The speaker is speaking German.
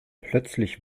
plötzlich